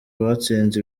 batsinze